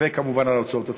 וכמובן על ההוצאות הצבאיות.